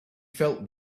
felt